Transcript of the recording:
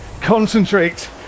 concentrate